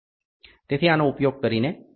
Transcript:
તેથી આનો ઉપયોગ કરીને આ M 45 માટે છે